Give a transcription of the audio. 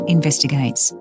Investigates